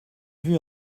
vue